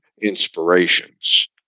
inspirations